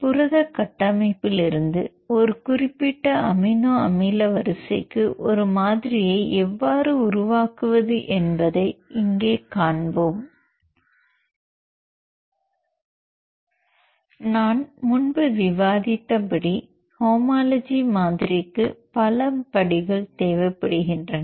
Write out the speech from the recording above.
புரத கட்டமைப்பிலிருந்து ஒரு குறிப்பிட்ட அமினோ அமில வரிசைக்கு ஒரு மாதிரியை எவ்வாறு உருவாக்குவது என்பதை இங்கே காண்பிப்போம் நான் முன்பு விவாதித்தபடி ஹோமோலஜி மாதிரிக்கு பல படிகள் தேவைப்படுகின்றன